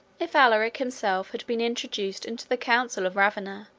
if alaric himself had been introduced into the council of ravenna,